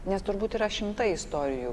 nes turbūt yra šimtai istorijų